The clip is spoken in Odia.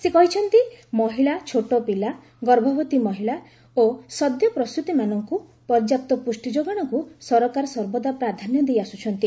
ସେ କହିଛନ୍ତି ମହିଳା ଛୋଟପିଲା ଗର୍ଭବତୀ ମହିଳା ଓ ସଦ୍ୟ ପ୍ରସୂତାମାନଙ୍କୁ ପର୍ଯ୍ୟାପ୍ତ ପୁଷ୍ଟି ଯୋଗାଣକୁ ସରକାର ସର୍ବଦା ପ୍ରାଧାନ୍ୟ ଦେଇ ଆସୁଛନ୍ତି